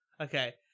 Okay